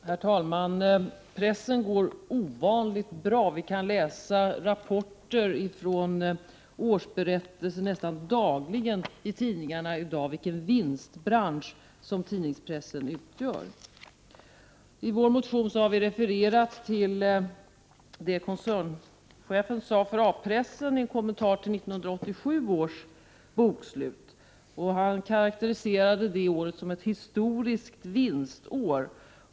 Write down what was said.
Herr talman! Pressen går ovanligt bra. Vi kan nästan dagligen i tidningen läsa rapporter från årsberättelser, som talar om vilken vinstbransch tidningspressen utgör. I vår motion har vi refererat till vad koncernchefen för A-pressen sade i en kommentar till 1987 års bokslut. Han karakteriserade det året som ”ett historiskt vinstår”.